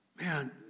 man